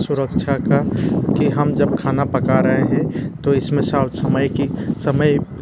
सुरक्षा का कि हम जब खाना पका रहे हैं तो इस में सव समय की समय